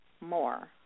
more